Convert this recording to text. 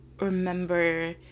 remember